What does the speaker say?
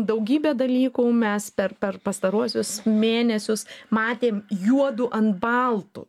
daugybę dalykų mes per per pastaruosius mėnesius matėm juodu ant balto